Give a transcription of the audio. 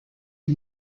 die